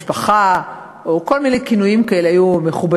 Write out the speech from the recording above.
המשפחה" או כל מיני כינויים כאלה מכובסים,